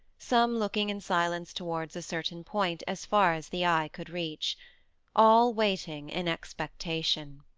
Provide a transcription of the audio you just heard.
some looking in silence towards a certain point, as far as the eye could reach all waiting in expectation.